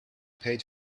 paid